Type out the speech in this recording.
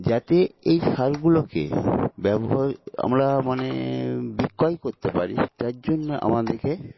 যাতে এই সারগুলোকে ব্যবহার আমরা মানে বিক্রয় করতে পারি তার জন্যে আমাদেরকে